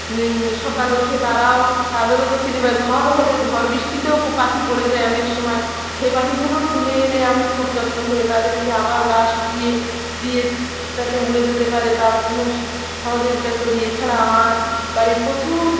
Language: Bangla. সকালে উঠে তারাও তাদেরও খিদে বা ঝড় হলে ঝড় বৃষ্টিতেও পাখি পড়ে যায় অনেক সময় সে পাখিগুলোও তুলে এনে আমি খুব যত্ন করে তাদেরকে আবার গা শুকিয়ে দিয়ে যাতে উড়ে যেতে পারে তার জন্য সহযোগিতা করি এছাড়া আমার বাড়ির প্রচুর